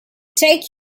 take